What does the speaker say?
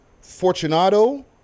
Fortunato